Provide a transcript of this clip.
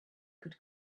could